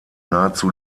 nahezu